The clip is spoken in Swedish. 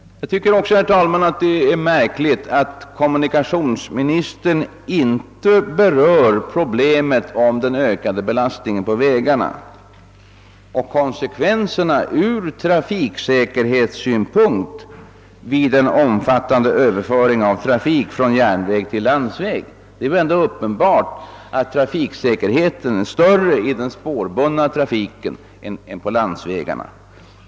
Jag tycker också, herr talman, att det är märkligt att kommunikationsministern inte berör problemet om den ökade belastningen på vägarna och konsekvenserna ur trafiksäkerhetssynpunkt vid en omfattande överföring av trafik från järnväg till landsväg. Det är uppenbart att trafiksäkerheten är större i den spårbundna trafiken än på landsvägarna.